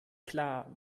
klar